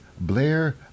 Blair